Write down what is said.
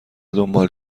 دنبال